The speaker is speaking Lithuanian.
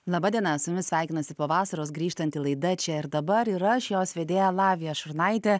laba diena su jumis sveikinasi po vasaros grįžtanti laida čia ir dabar yra aš jos vedėja lavija šurnaitė